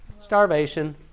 starvation